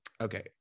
Okay